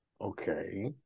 Okay